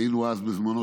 שהיינו אז בזמנו,